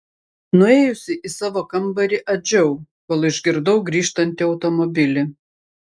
nuėjusi į savo kambarį adžiau kol išgirdau grįžtantį automobilį